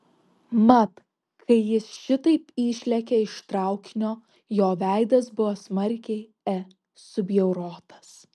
mat kai jis šitaip išlėkė iš traukinio jo veidas buvo smarkiai e subjaurotas